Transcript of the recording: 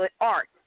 art